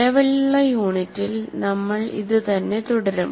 നിലവിലുള്ള യൂണിറ്റിൽ നമ്മൾ ഇതുതന്നെ തുടരും